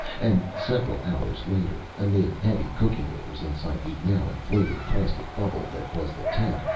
and several hours later, amid heavy cooking odors inside the now inflated plastic bubble that was the tent,